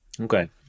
Okay